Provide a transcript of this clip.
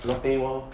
lotte world